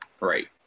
Right